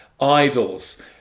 idols